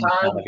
time